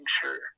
sure